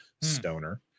stoner